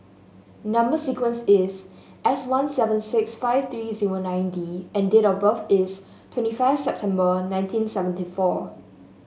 number sequence is S one seven six five three zero nine D and date of birth is twenty five September nineteen seventy four